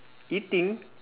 eating